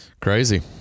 Crazy